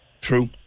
True